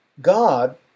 God